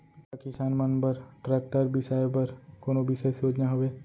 का किसान मन बर ट्रैक्टर बिसाय बर कोनो बिशेष योजना हवे?